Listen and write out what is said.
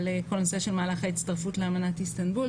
על כל נושא של מהלך ההצטרפות לאמנת איסטנבול,